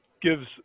gives